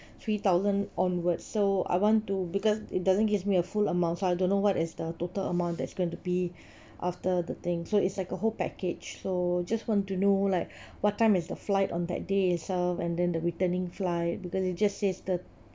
three thousand onwards so I want to because it doesn't give me a full amount so I don't know what is the total amount that's going to be after the thing so it's like a whole package so just want to know like what time is the flight on that day itself and then the returning flight because it just says the